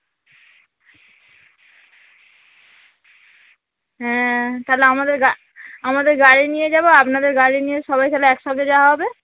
হ্যাঁ তাহলে আমাদের গা আমাদের গাড়ি নিয়ে যাবো আপনাদের গাড়ি নিয়ে সবাই তাহলে একসঙ্গে যাওয়া হবে